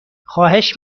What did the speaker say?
خواهش